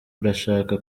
urashaka